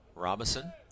Robinson